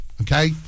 okay